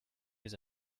les